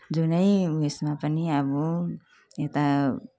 जुनै उयसमा पनि अब यता